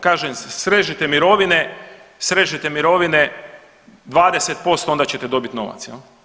Kaže srežite mirovine, srežite mirovine 20% onda ćete dobiti novac.